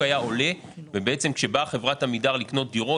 היה עולה ובעצם כשבאה חברת עמידר לקנות דירות,